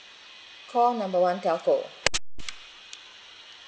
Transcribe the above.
call number one telco